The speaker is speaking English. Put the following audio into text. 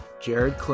Jared